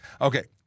okay